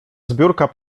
zbiórka